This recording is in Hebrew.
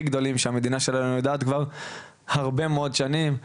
גדולים שהמדינה שלנו יודעת כבר הרבה מאוד שנים.